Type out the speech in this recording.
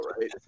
right